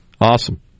Awesome